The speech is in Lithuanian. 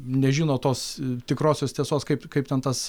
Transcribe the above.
nežino tos tikrosios tiesos kaip kaip ten tas